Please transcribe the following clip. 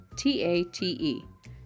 T-A-T-E